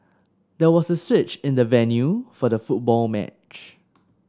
there was a switch in the venue for the football match